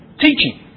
Teaching